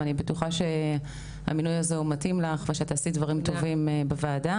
ואני בטוחה שהמינוי הזה מתאים לך ושאת תעשי דברים טובים בוועדה.